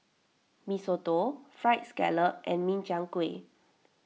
Mee Soto Fried Scallop and Min Chiang Kueh